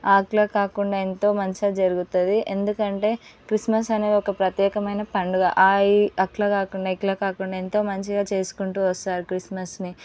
అట్లా కాకుండా ఎంతో మంచిగా జరుగుతుంది ఎందుకంటే క్రిస్మస్ అనే ఒక ప్రత్యేకమైన పండుగ ఆ ఈ అట్లా కాకుండా ఇట్లా కాకుండా ఎంతో మంచిగా చేసుకుంటూ వస్తారు క్రిస్మస్ని